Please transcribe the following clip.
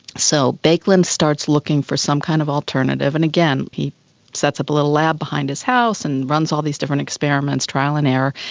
so baekeland starts looking for some kind of alternative, and again he sets up a little lab behind his house and runs all these different experiments, trial and error,